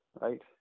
Right